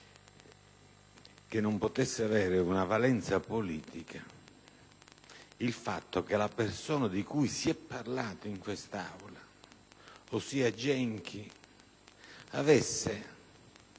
che non potesse acquisire una valenza politica il fatto che la persona di cui si è parlato in quest'Aula, ossia Genchi, avesse